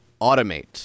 automate